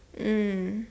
mm